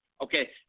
okay